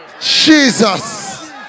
Jesus